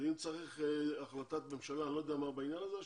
אם צריך החלטת ממשלה בעניין הזה,